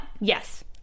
yes